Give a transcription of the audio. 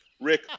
Rick